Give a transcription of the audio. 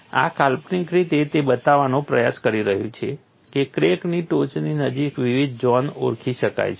આ કાલ્પનિક રીતે તે બતાવવાનો પ્રયાસ કરી રહ્યું છે કે ક્રેકની ટોચની નજીક વિવિધ ઝોન ઓળખી શકાય છે